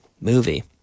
movie